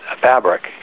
fabric